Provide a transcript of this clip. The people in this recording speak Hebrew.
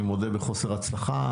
אני מודה בחוסר הצלחה.